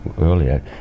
earlier